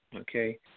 okay